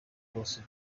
bose